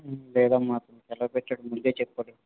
లేదమ్మా అతను సెలవు పెట్టాడు ముందే చెప్పాడు